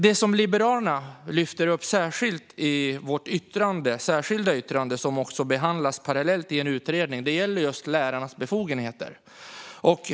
Det som vi liberaler särskilt lyfter upp i vårt särskilda yttrande, som också behandlas parallellt i en utredning, gäller lärarnas befogenheter.